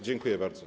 Dziękuję bardzo.